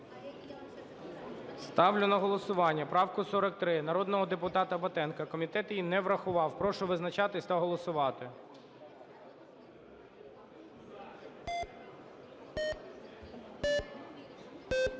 Ставлю на голосування правку 43 народного депутата Батенка. Комітет її не врахував. Прошу визначатись та голосувати. 10:55:46